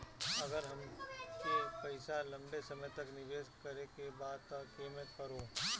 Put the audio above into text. अगर हमके पईसा लंबे समय तक निवेश करेके बा त केमें करों?